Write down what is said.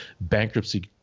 Bankruptcy